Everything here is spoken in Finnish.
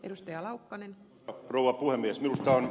arvoisa rouva puhemies